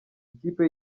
ikipe